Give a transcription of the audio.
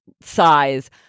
size